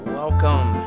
welcome